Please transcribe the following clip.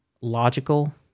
logical